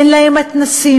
אין להם מתנ"סים,